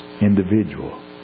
individual